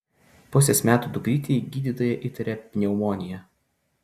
pusės metų dukrytei gydytoja įtaria pneumoniją